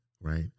right